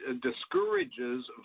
discourages